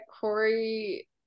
Corey